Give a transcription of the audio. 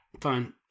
Fine